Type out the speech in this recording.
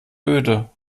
öde